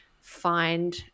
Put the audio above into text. find